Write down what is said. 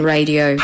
Radio